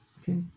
Okay